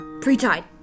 pre-tied